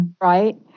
Right